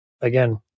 again